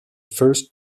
first